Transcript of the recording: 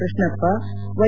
Krishnappa Y